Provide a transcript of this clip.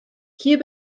hier